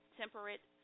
temperate